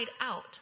out